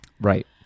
Right